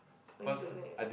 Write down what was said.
what you doing there